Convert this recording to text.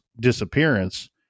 disappearance